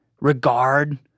regard